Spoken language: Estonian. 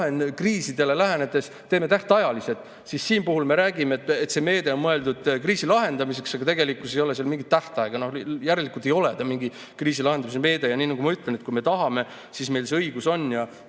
kriisidele lähenedes teeme tähtajalised [otsused], siis siin me räägime, et see meede on mõeldud kriisi lahendamiseks, aga tegelikkuses ei ole seal mingit tähtaega. Järelikult ei ole ta mingi kriisilahendusmeede. Ja nii nagu ma ütlesin: kui me tahame, siis meil see õigus on. Ja